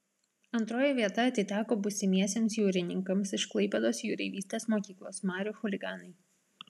antroji vieta atiteko būsimiesiems jūrininkams iš klaipėdos jūreivystės mokyklos marių chuliganai